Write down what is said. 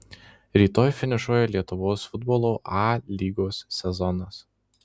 rytoj finišuoja lietuvos futbolo a lygos sezonas